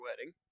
wedding